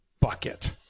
bucket